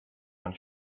when